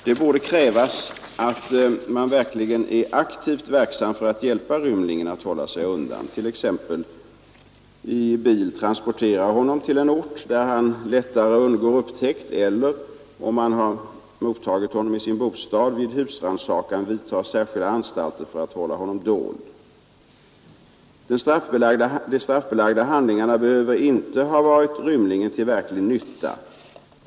Det borde krävas att man verkligen är aktivt verksam för att hjälpa rymlingen att hålla sig undan, t.ex. i bil transporterar honom till en ort där han lättare undgår upptäckt eller, om man har mottagit honom i sin bostad, vid husrannsakan vidtar särskilda anstalter för att hålla honom dold. De straffbelagda handlingarna behöver inte ha varit rymlingen till verklig nytta.